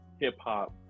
hip-hop